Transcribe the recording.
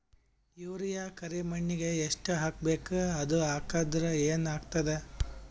Urea ಕರಿಮಣ್ಣಿಗೆ ಎಷ್ಟ್ ಹಾಕ್ಬೇಕ್, ಅದು ಹಾಕದ್ರ ಏನ್ ಆಗ್ತಾದ?